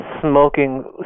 smoking